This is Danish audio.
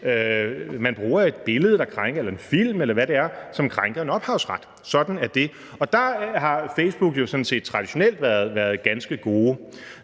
man bruger et billede eller en film, eller hvad det er, som krænker en ophavsret. Sådan er det. Og der har man i Facebook jo sådan set traditionelt været ganske gode.